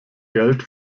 geld